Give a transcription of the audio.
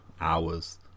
hours